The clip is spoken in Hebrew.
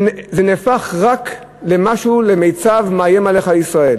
זה נהפך רק למשהו, למיצ"ב מאיים עליך ישראל,